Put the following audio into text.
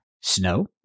Snow